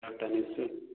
अड़तालीस सौ